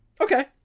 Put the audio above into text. Okay